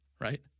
Right